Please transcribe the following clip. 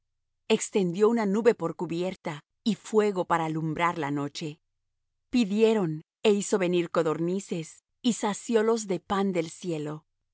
extendió una nube por cubierta y fuego para alumbrar la noche pidieron é hizo venir codornices y saciólos de pan del cielo